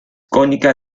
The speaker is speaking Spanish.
cónica